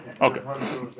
Okay